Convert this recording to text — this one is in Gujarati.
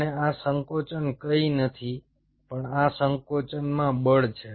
અને આ સંકોચન કંઈ નથી પણ આ સંકોચનમાં બળ છે